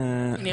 להישאר